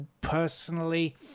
personally